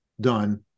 done